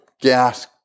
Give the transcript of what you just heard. gas